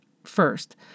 first